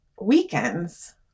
weekends